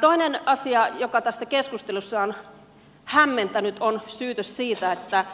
toinen asia joka tässä keskustelussa on hämmentänyt on syytös siitä että